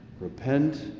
Repent